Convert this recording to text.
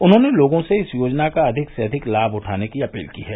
उन्होंने लोगों से इस योजना का अधिक से अधिक लाभ उठाने की अपील की है